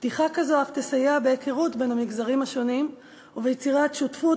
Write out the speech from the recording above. פתיחה כזאת אף תסייע בהיכרות בין המגזרים השונים וביצירת שותפות,